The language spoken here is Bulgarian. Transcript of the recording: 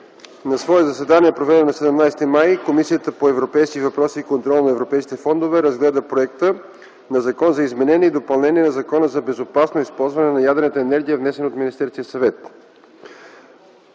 редовно заседание, проведено на 17 март 2010 г., Комисията по европейските въпроси и контрол на европейските фондове разгледа проект на Закон за изменение и допълнение на Закона за безопасно използване на ядрената енергия, внесен от Министерския съвет.